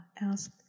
asked